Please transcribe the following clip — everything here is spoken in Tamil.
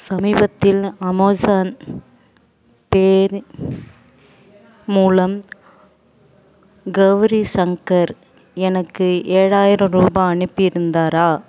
சமீபத்தில் அமோஸான் பே மூலம் கௌரி சங்கர் எனக்கு ஏழாயிரம் ரூபாய் அனுப்பியிருந்தாரா